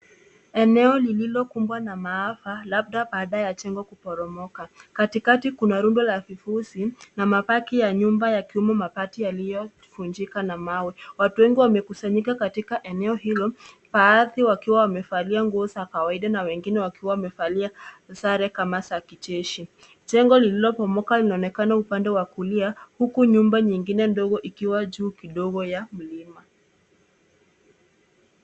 Eneo lililokumbwa na maafa labda baada ya jengo kuporomoka. Katikati kuna rundo la vifusi na mabaki ya nyumba yakiwemo mabati yaliyovunjika na mawe. Watu wengi wamekusanyika katika eneo hilo, baadhi wakiwa wamevalia nguo za kawaida na wengine wakiwa wamevalia sare kama za kijeshi. Jengo lililobomoka linaonekana upande wa kulia huku nyumba nyingine ndogo ikiwa juu kidogo ya mlima.